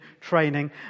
training